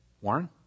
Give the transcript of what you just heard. Warren